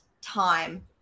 time